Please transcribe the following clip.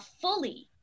fully